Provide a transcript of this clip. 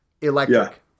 electric